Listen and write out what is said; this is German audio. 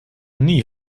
nie